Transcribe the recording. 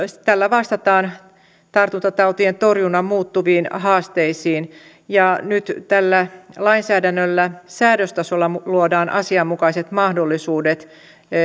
vastataan tartuntatautien torjunnan muuttuviin haasteisiin nyt tällä lainsäädännöllä säädöstasolla luodaan asianmukaiset mahdollisuudet